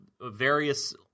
various